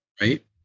right